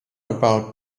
about